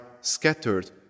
scattered